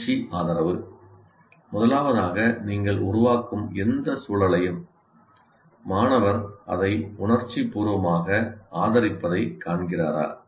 உணர்ச்சி ஆதரவு முதலாவதாக நீங்கள் உருவாக்கும் எந்த சூழலையும் இது ஆசிரியரால் ஆதிக்கம் செலுத்தப்பட வேண்டும் மாணவர் அதை உணர்ச்சிபூர்வமாக ஆதரிப்பதைக் காண்கிறாரா